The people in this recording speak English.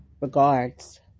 regards